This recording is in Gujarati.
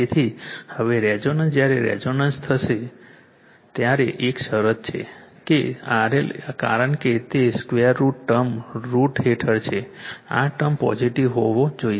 તેથી હવે રેઝોનન્સ જ્યારે રેઝોનન્સ થશે ત્યારે એક શરત એ છે કે RL કારણ કે 2 √ ટર્મ √ હેઠળ છે આ ટર્મ પોઝિટીવ હોવો જોઈએ